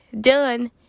done